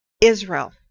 Israel